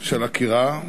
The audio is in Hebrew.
של עקירה,